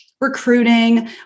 recruiting